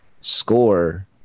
score